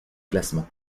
classement